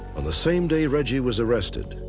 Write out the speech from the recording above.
on the same day reggie was arrested,